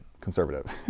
conservative